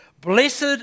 Blessed